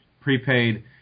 prepaid